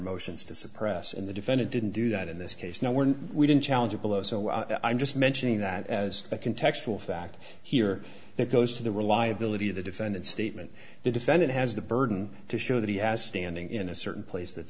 motions to suppress and the defendant didn't do that in this case no one we didn't challenge it below so i'm just mentioning that as i can textual fact here that goes to the reliability of the defendant statement the defendant has the burden to show that he has standing in a certain place that